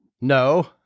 No